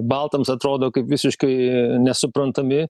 baltams atrodo kaip visiškai nesuprantami